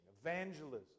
evangelism